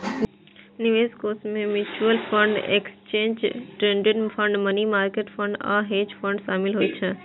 निवेश कोष मे mutual fund, exchange traded fund, money market fund आ हेज फंड शामिल होइ छै